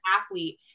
athlete